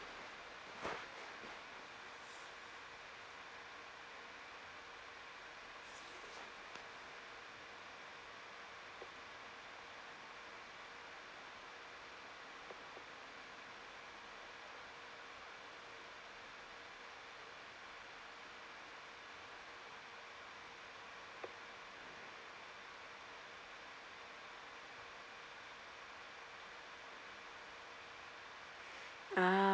ah